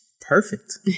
perfect